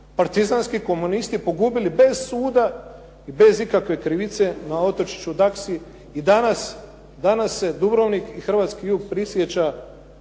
partizanski komunisti pogubili bez suda i bez ikakve krivice na otočiću Daksi i danas se Dubrovnik i hrvatski jug prisjeća